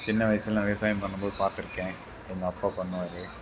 சின்ன வயசில் நான் விவசாயம் பண்ணும்போது பார்த்துருக்கேன் எங்கள் அப்பா பண்ணுவார்